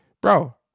Bro